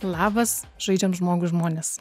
labas žaidžiam žmogui žmonės